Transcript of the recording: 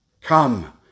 Come